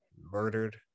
murdered